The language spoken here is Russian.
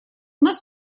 нас